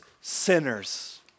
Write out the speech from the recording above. sinners